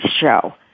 show